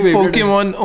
Pokemon